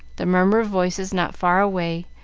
the murmur of voices not far away,